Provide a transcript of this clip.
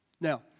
Now